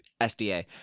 sda